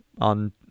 on